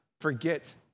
forget